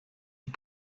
die